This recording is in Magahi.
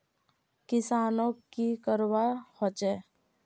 किसानोक की करवा होचे?